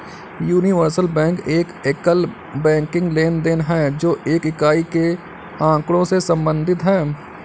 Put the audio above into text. universal bank एक एकल banking लेनदेन है, जो एक इकाई के आँकड़ों से संबंधित है